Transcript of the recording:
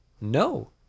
no